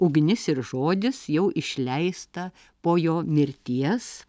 ugnis ir žodis jau išleista po jo mirties